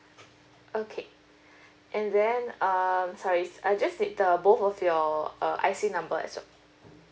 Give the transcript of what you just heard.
okay and then um sorry I just need the both of your uh I_C number as well